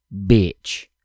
bitch